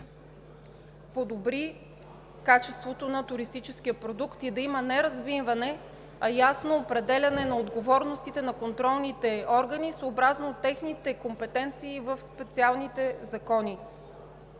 подобри качеството на туристическия продукт, да има ясно определяне на отговорностите на контролните органи съобразно техните компетенции в специалните закони.